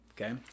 Okay